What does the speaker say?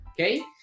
okay